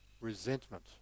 resentment